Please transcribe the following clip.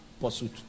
pursuit